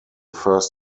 first